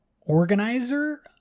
organizer